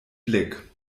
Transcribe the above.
blick